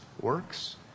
works